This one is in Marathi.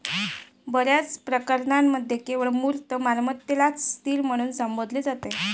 बर्याच प्रकरणांमध्ये केवळ मूर्त मालमत्तेलाच स्थिर म्हणून संबोधले जाते